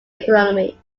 economy